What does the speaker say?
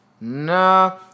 no